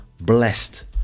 blessed